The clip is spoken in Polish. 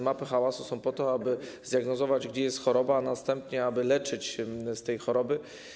Mapy hałasu są po to, aby zdiagnozować, gdzie jest choroba, a następnie leczyć z tej choroby.